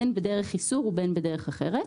בין בדרך איסור ובין בדרך אחרת.